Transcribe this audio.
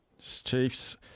Chiefs